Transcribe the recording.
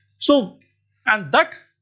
so and that